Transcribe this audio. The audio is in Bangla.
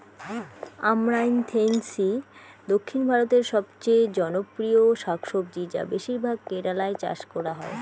আমরান্থেইসি দক্ষিণ ভারতের সবচেয়ে জনপ্রিয় শাকসবজি যা বেশিরভাগ কেরালায় চাষ করা হয়